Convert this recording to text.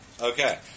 Okay